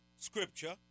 Scripture